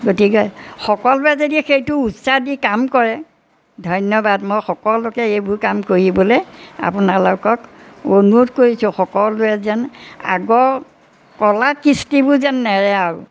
গতিকে সকলোৱে যদি সেইটো উৎসাহ দি কাম কৰে ধন্যবাদ মই সকলোকে এইবোৰ কাম কৰিবলৈ আপোনালোকক অনুৰোধ কৰিছোঁ সকলোৱে যেন আগৰ কলা কৃষ্টিবোৰ যেন নেৰে আৰু